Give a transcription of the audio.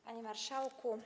Panie Marszałku!